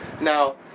Now